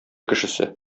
кешесе